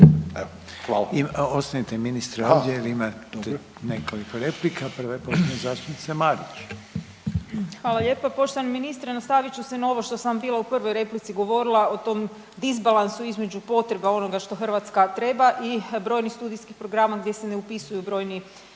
(HDZ)** Ostanite ministre ovdje, vi imate nekoliko replika, prva je poštovane zastupnice Marić. **Marić, Andreja (SDP)** Hvala lijepo poštovani ministre. Nastavit ću se na ovo što sam bila u prvoj replici govorila o tom disbalansu između potreba onoga što Hrvatska treba i brojnih studijskih programa gdje se ne upisuju brojni